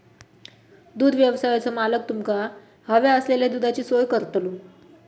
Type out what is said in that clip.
दुग्धव्यवसायाचो मालक तुमका हव्या असलेल्या दुधाची सोय करतलो